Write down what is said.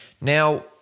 Now